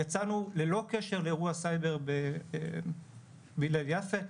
יצאנו ללא קשר לאירוע סייבר בהלל יפה,